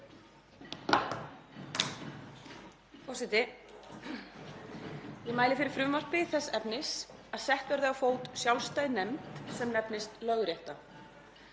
Forseti. Ég mæli fyrir frumvarpi þess efnis að sett verði á fót sjálfstæð nefnd sem nefnist Lögrétta.